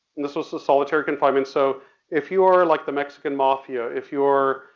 and this was a solitary confinement, so if you are like the mexican mafia, if you're,